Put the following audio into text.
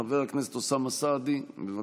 חבר הכנסת אוסאמה סעדי, בבקשה.